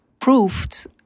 proved